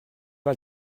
pas